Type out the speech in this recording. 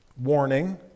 Warning